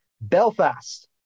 Belfast